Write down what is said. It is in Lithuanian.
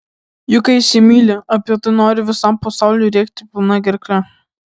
juk kai įsimyli apie tai nori visam pasauliui rėkti pilna gerkle